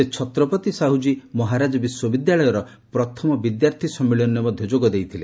ସେ ଛତ୍ରପତି ସାହୁଜୀ ମହାରାଜ ବିଶ୍ୱବିଦ୍ୟାଳୟର ପ୍ରଥମ ବିଦ୍ୟାର୍ଥୀ ସମ୍ମିଳନୀରେ ମଧ୍ୟ ଯୋଗଦେଇଥିଲେ